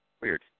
Weird